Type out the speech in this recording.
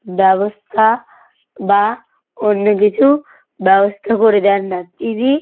ব্যবস্থা বা অন্য কিছু ব্যবস্থা করে দেন না তিনি